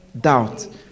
doubt